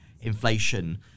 inflation